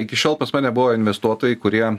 iki šiol pas mane buvo investuotojai kurie